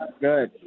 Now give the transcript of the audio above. Good